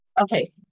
Okay